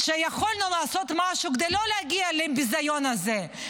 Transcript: שיכולנו לעשות משהו כדי לא להגיע לביזיון הזה,